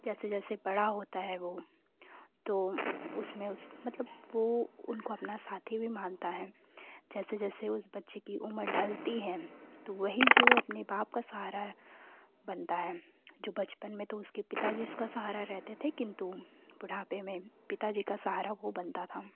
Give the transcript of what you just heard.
जैसे जैसे बड़ा होता है वो तो उसमें उस मतलब वो उनको अपना साथी भी मानता है जैसे जैसे उस बच्चे कि उम्र ढ़लती है तो वही जो अपने बाप का सहारा है बनता है जो बचपन में तो उसके पिता जी उसका सहारा रहते थे किन्तु बुढ़ापे में पिता जी का सहारा वो बनता था